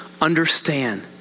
understand